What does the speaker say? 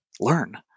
learn